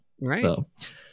right